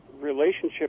relationship